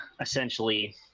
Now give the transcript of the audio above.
essentially